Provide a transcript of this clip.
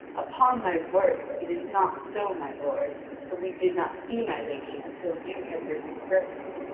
upon my word, it is not so, my lord but we did not see my lady until you had risen first.